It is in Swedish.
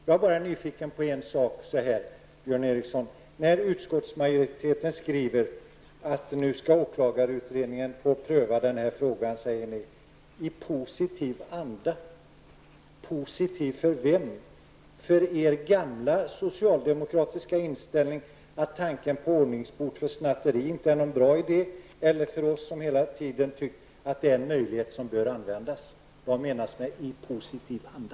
Jag är nu bara nyfiken på en sak, Björn Ericson. Utskottsmajoriteten skriver att åklagarutredningen nu skall få pröva denna fråga ''i positiv anda''. Positiv för vem? För er gamla socialdemokratiska inställning att tanken på ordningsbot för snatteri inte är någon bra idé eller för oss som hela tiden har tyckt att det är en möjlighet som bör användas? Vad menas alltså med ''i positiv anda''?